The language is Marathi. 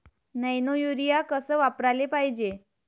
नैनो यूरिया कस वापराले पायजे?